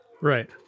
Right